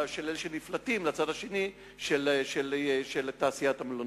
אלה שנפלטים מהצד האחד לצד השני של תעשיית המלונאות.